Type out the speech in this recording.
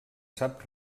sap